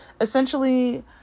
essentially